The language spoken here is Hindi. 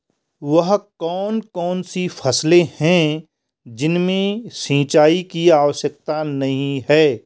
वह कौन कौन सी फसलें हैं जिनमें सिंचाई की आवश्यकता नहीं है?